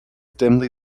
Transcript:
dimly